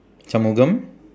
shanmugam